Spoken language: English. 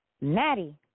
Maddie